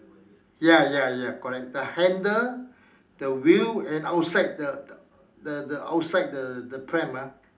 ya ya ya correct the handle the wheel and the outside the the outside the the pram ah